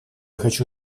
хочу